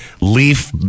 leaf